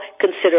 consider